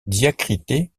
diacritée